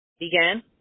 Began